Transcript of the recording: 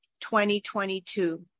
2022